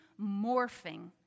morphing